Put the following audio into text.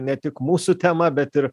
ne tik mūsų tema bet ir